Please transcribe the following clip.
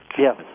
Yes